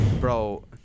Bro